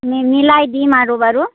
মিলাই দিম আৰু বাৰু